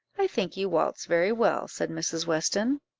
i think you waltz very well, said mrs. weston.